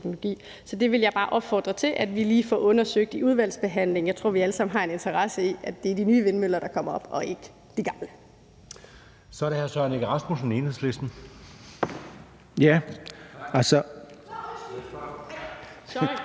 Så jeg vil bare opfordre til, at vi lige får det undersøgt i udvalgsbehandlingen. Jeg tror, vi alle sammen har en interesse i, at det er de nye vindmøller, der kommer op, og ikke de gamle. Kl. 13:16 Anden næstformand (Jeppe Søe): Så er det hr.